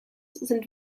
sind